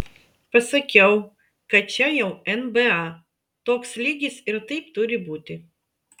pasakiau kad čia jau nba toks lygis ir taip turi būti